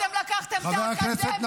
את מדברת?